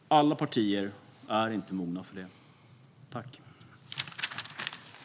Alla partier är inte mogna för det.